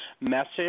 message